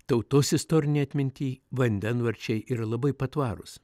tautos istorinėj atminty vandenvardžiai yra labai patvarūs